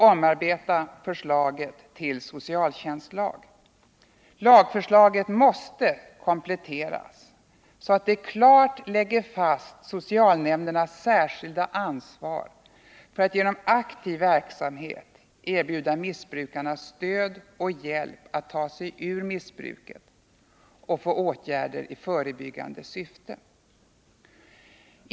Omarbeta förslaget till socialtjänstlag. Lagförslaget måste kompletteras så att det klart lägger fast socialnämndernas särskilda ansvar för att genom aktiv verksamhet erbjuda missbrukarna stöd och hjälp att ta sig ur missbruket och för åtgärder i förebyggande syfte.